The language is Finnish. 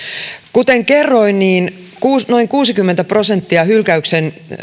kuten kerroin niin noin kuusikymmentä prosenttia hylkäyksen